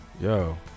Yo